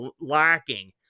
lacking